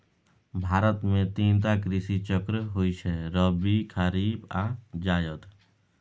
भारत मे तीन टा कृषि चक्र होइ छै रबी, खरीफ आ जाएद